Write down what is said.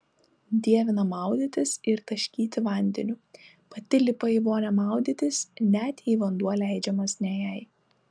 dievina maudytis ir taškyti vandeniu pati lipa į vonią maudytis net jei vanduo leidžiamas ne jai